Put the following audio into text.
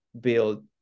build